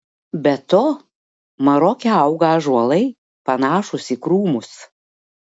be to maroke auga ąžuolai panašūs į krūmus